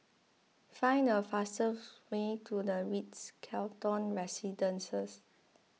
find the fastest way to the Ritz Carlton Residences